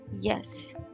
Yes